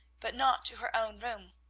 but not to her own room.